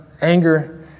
anger